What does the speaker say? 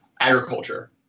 agriculture